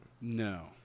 No